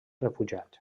refugiats